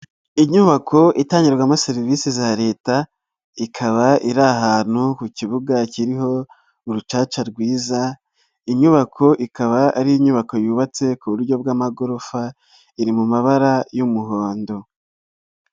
Inyubako itangirwamo serivise za Leta ikaba iri ahantu ku kibuga kiriho urucaca rwiza inyubako, ikaba ari inyubako yubatse ku buryo bw'amagorofa iri mu mabara y'umuhondo.